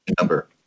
number